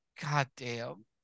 goddamn